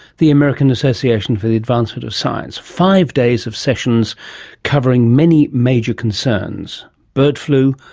the american association for the advancement of science, five days of sessions covering many major concerns bird flu,